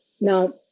Now